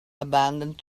abandoned